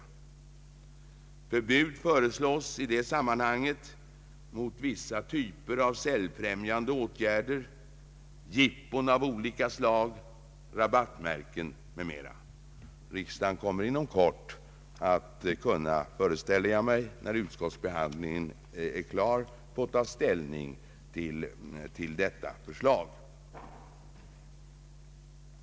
Förbud föreslås i det sammanhanget mot vissa typer av säljfrämjande åtgärder, jippon av olika slag, rabattmärken m.m. Jag föreställer mig att riksdagen inom kort, när utskottsbehandlingen är klar, kommer att få ta ställning till detta förslag.